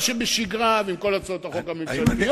שבשגרה ועם כל הצעות החוק הממשלתיות.